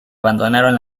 abandonaron